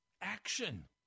action